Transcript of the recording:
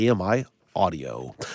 AMI-audio